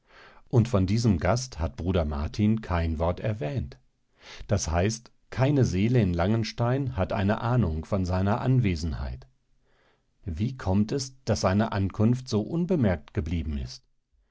und von diesem gast hat bruder martin kein wort erwähnt das heißt keine seele in langenstein hat eine ahnung von seiner anwesenheit wie kommt es daß seine ankunft so unbemerkt geblieben ist